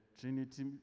Trinity